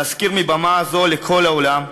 נזכיר מבמה זו לכל העולם,